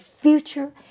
future